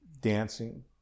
dancing